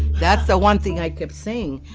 that's the one thing i kept saying.